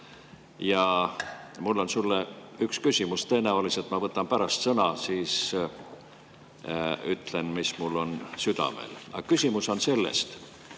Ja mul on sulle üks küsimus. Tõenäoliselt ma võtan pärast sõna, siis ütlen, mis mul on südamel. Aga küsimus on selles.